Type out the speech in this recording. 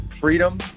freedom